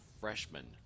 freshman